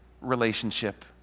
relationship